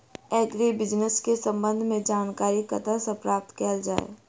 Agri business केँ संबंध मे जानकारी कतह सऽ प्राप्त कैल जाए?